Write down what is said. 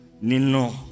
nino